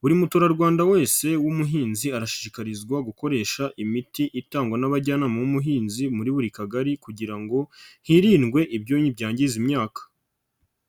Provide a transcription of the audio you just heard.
buri Muturarwanda wese w'umuhinzi arashishikarizwa gukoresha imiti itangwa n'abajyanama b'umuhinzi muri buri Kagari kugira ngo hirindwe ibyonnyi byangiza imyaka.